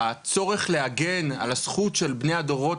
הצורך להגן על הזכות של בני הדורות